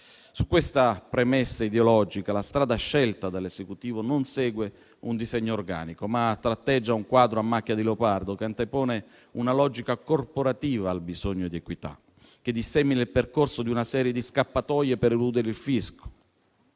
Su questa premessa ideologica la strada scelta dall'Esecutivo non segue un disegno organico, ma tratteggia un quadro a macchia di leopardo, che antepone una logica corporativa al bisogno di equità, che dissemina il percorso di una serie di scappatoie per eludere il fisco.